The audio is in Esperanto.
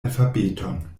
alfabeton